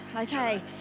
Okay